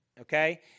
okay